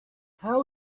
how